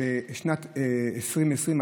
בשנת 2020,